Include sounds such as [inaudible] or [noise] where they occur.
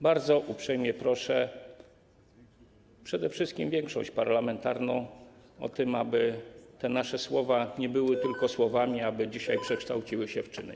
Bardzo uprzejmie proszę przede wszystkim większość parlamentarną o to, aby nasze słowa nie były tylko [noise] słowami, aby dzisiaj przekształciły się w czyny.